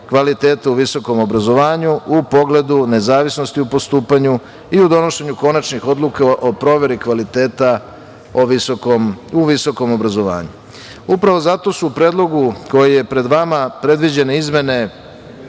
kvaliteta u visokom obrazovanju u pogledu nezavisnosti u postupanju i u donošenju konačnih odluka o proveri kvaliteta u visokom obrazovanju. Upravo zato su u predlogu koji je pred vama predviđene izmene